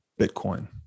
Bitcoin